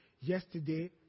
yesterday